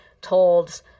told